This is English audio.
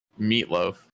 Meatloaf